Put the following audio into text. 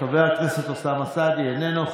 חבר הכנסת אוסאמה סעדי, איננו.